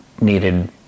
needed